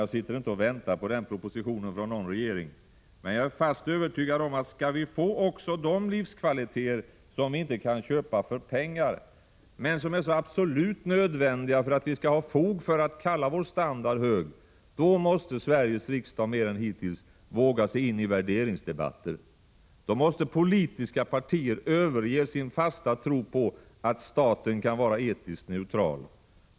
Jag sitter inte och väntar på den propositionen från någon regering, men jag är fast övertygad om att skall vi få också de livskvaliteter, som vi inte kan köpa för pengar, men som är så absolut nödvändiga för att vi skall ha fog för att kalla vår standard hög, då måste Sveriges riksdag mer än hittills våga sig in i värderingsdebatter, då måste politiska partier överge sin fasta tro på att staten kan vara etiskt neutral.